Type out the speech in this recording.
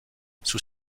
sous